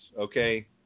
okay